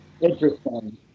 Interesting